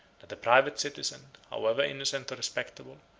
that a private citizen, however innocent or respectable,